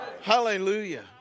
Hallelujah